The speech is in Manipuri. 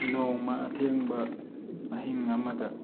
ꯅꯣꯡꯃ ꯑꯊꯦꯡꯕ ꯑꯍꯤꯡ ꯑꯃꯗ